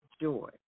joy